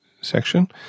section